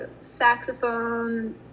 saxophone